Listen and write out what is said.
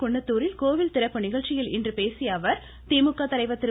குண்ணத்தூரில் கோவில் திறப்பு நிகழ்ச்சியில் இன்று பேசிய அவர் திமுக தலைவர் திரு